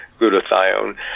glutathione